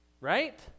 right